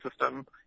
system